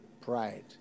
Pride